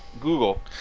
Google